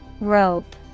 Rope